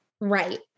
Right